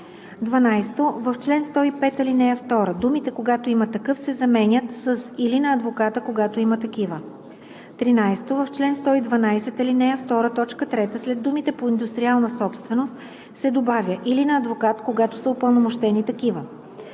12. В чл. 105, ал. 2 думите „когато има такъв“ се заменят с „или на адвоката, когато има такива“. 13. В чл. 112, ал. 2, т. 3 след думите „по индустриална собственост“ се добавя „или на адвокат, когато са упълномощени такива“.